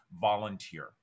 volunteer